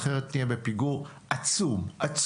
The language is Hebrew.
אחרת נהיה בפיגור עצום-עצום-עצום-עצום.